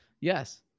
yes